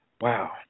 Wow